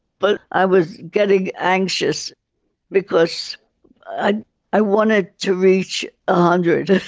but i was getting anxious because i i wanted to reach a hundred.